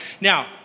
Now